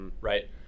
right